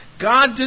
God